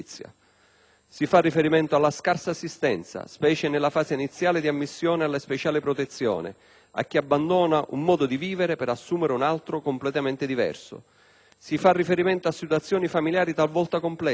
Si fa riferimento alla scarsa assistenza, specie nella fase iniziale di ammissione alla speciale protezione, a chi abbandona un modo di vivere per assumerne un altro completamento diverso. Si fa riferimento a situazioni familiari talvolta complesse